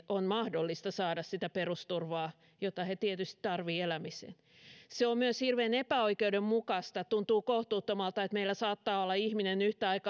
on mahdollista saada sitä perusturvaa jota he tietysti tarvitsevat elämiseen se on myös hirveän epäoikeudenmukaista tuntuu kohtuuttomalta että meillä saattaa olla ihminen